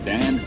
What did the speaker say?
Dan